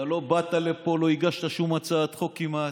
אתה לא באת לפה, לא הגשת שום הצעת חוק כמעט,